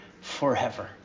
forever